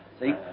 see